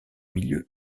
milieux